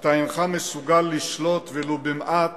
אתה אינך מסוגל לשלוט ולו במעט